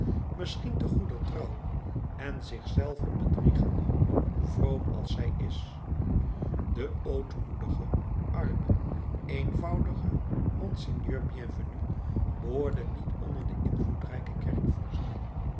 misschien te goeder trouw en zich zelven bedriegende vroom als zij is de ootmoedige arme eenvoudige monseigneur bienvenu behoorde niet onder de invloedrijke kerkvorsten